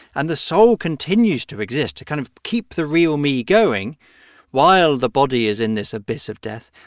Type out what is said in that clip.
and the soul continues to exist to kind of keep the real me going while the body is in this abyss of death.